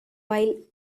while